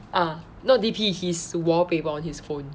ah not D_P his wallpaper on his phone